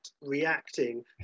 reacting